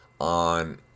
on